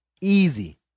easy